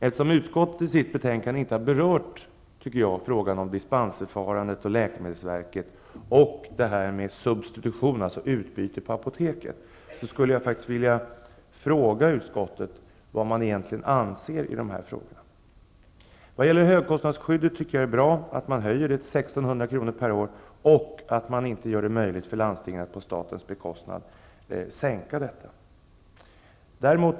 Eftersom utskottet i betänkandet inte har berört frågan om dispensförfarandet, läkemedelsverket och substitution, dvs. utbyte på apoteket, vill jag veta vad utskottet egentligen anser i dessa frågor. Jag tycker att det är bra att högkostnadsskyddet höjs till 1 600 kr. per år och att det inte blir möjligt för landstinget att på statens bekostnad sänka det.